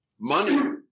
money